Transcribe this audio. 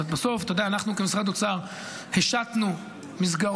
בסוף, אתה יודע, אנחנו כמשרד האוצר השתנו מסגרות